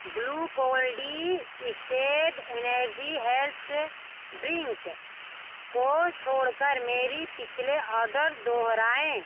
Glucon D instead energy health drink को छोड़ कर मेरी पिछले आर्डर दोहराएँ